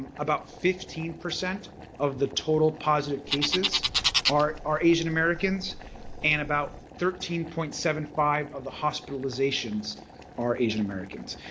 about fifteen percent of the total positive cases are are asian americans and about thirteen point seven five of the hospitalizations are asian americans.